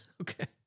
Okay